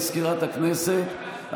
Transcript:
מזכירת הכנסת,